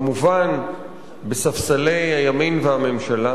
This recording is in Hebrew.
כמובן, בספסלי הימין והממשלה,